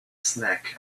snack